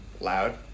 loud